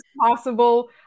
possible